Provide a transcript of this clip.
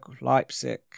leipzig